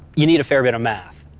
you need a fair bit of math.